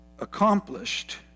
accomplished